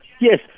Yes